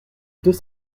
deux